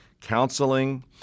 counseling